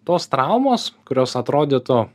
tos traumos kurios atrodytų